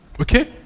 Okay